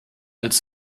als